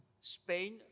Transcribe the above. Spain